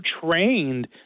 trained